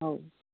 हो